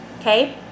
Okay